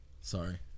Sorry